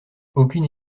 aucune